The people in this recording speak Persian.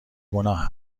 گناه